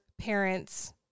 parents